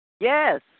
Yes